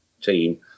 team